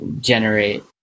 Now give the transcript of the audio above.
generate